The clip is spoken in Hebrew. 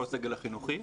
כל הסגל החינוכי.